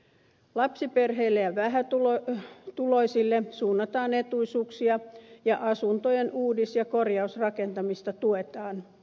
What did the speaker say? lapsiperheille ja vähätuloisille suunnataan etuisuuksia ja asuntojen uudis ja korjausrakentamista tuetaan